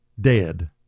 Dead